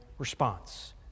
response